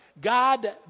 God